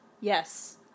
Yes